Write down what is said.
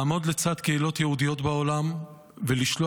לעמוד לצד קהילות יהודיות בעולם ולשלוח